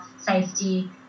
safety